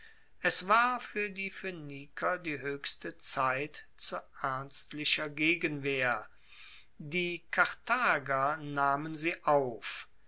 es war fuer die phoeniker die hoechste zeit zu ernstlicher gegenwehr die karthager nahmen sie auf